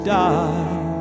die